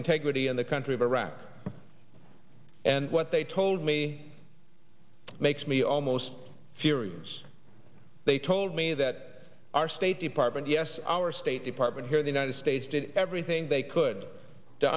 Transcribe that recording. integrity in the country of iraq and what they told me makes me almost furious they told me that our state department yes our state department here in the united states did everything they could to